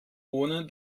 ohne